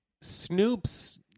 Snoop's